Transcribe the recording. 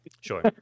Sure